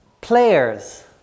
players